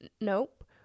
nope